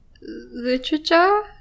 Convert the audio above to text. Literature